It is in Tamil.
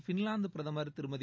ஃபின்லாந்து பிரதமர் திருமதி